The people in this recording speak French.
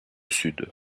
sud